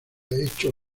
hecho